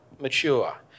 mature